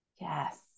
Yes